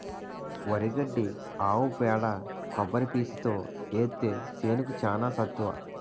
వరి గడ్డి ఆవు పేడ కొబ్బరి పీసుతో ఏత్తే సేనుకి చానా సత్తువ